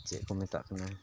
ᱪᱮᱫ ᱠᱚ ᱢᱮᱛᱟᱜ ᱠᱟᱱᱟ